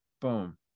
Boom